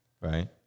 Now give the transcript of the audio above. right